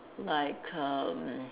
like erm